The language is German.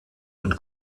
und